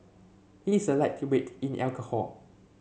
he is a lightweight in alcohol